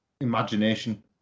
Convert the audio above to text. imagination